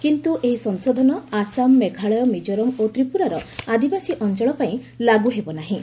କିନ୍ତୁ ଏହି ସଂଶୋଧନ ଆସାମ ମେଘାଳୟ ମିଜୋରାମ ଓ ତ୍ରିପୁରାର ଆଦିବାସୀ ଅଞ୍ଚଳ ପାଇଁ ଲାଗୁ ହେବନାହିଁ